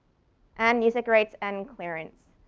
and music rights and clearance.